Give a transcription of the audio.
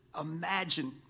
imagine